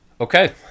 Okay